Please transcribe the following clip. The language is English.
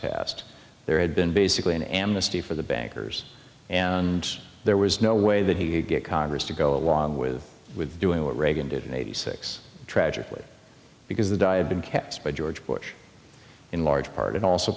passed there had been basically an amnesty for the bankers and there was no way that he could get congress to go along with with doing what reagan did in eighty six tragically because the diet been kept by george bush in large part and also